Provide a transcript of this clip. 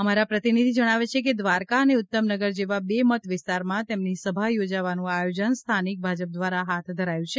અમારા પ્રતિનિધિ જણાવે છે કે દ્વારકા અને ઉત્તમનગર જેવા બે મત વિસ્તાર માં તેમની સભા યોજવાનું આયોજન સ્થાનિક ભાજપ દ્વારા હાથ ધરાયું છે